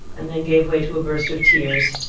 and then gave way to a burst of tears,